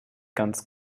ganz